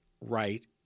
right